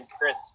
Chris